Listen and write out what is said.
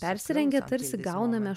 persirengę tarsi gauname